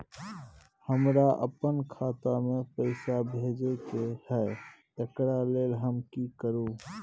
हमरा अपन खाता में पैसा भेजय के है, एकरा लेल हम की करू?